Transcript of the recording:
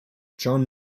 john